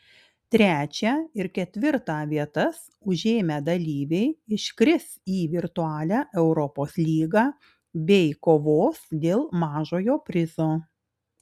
trečią ir ketvirtą vietas užėmę dalyviai iškris į virtualią europos lygą bei kovos dėl mažojo prizo